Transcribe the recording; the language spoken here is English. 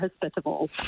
hospitable